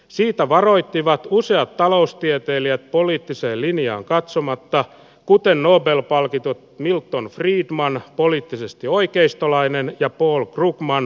siitä varoittivat useat taloustieteilijät poliittiseen linjaan katsomatta kuten nobel palkitut milton friedman poliittisesti oikeistolainen ja paul krugman